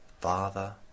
father